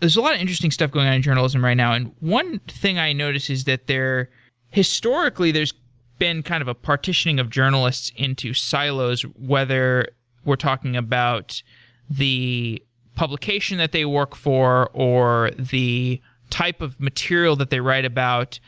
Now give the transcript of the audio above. there's a lot of interesting stuff going on in journalism right now, and one thing i noticed is that, historically, there's been kind of a partitioning of journalists into silos whether we're talking about the publication that they work for, or the type of material that they write about.